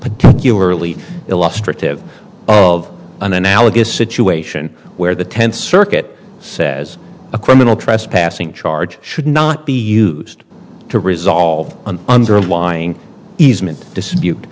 particularly illustrative of an analogous situation where the tenth circuit says a criminal trespassing charge should not be used to resolve an underlying easement dispute